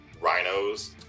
rhinos